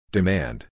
Demand